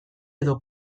edo